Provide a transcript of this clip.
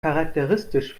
charakteristisch